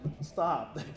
stop